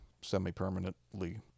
semi-permanently